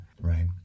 right